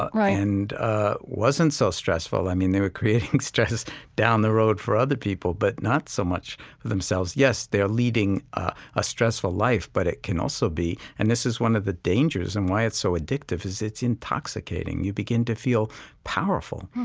but right, and ah wasn't so stressful. i mean, they were creating stress down the road for other people, but not so much for themselves. yes, they are leading a ah stressful life, but it can also be and this is one of the dangers and why it's so addictive is it's intoxicating. you begin to feel powerful,